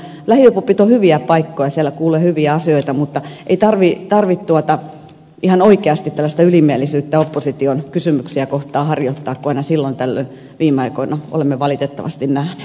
lähiöpubit ovat hyviä paikkoja siellä kuulee hyviä asioita mutta ei tarvitse ihan oikeasti tällaista ylimielisyyttä opposition kysymyksiä kohtaan harjoittaa kuin aina silloin tällöin viime aikoina olemme valitettavasti nähneet